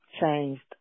changed